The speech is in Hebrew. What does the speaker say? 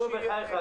--- נו, בחייך.